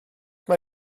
mae